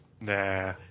Nah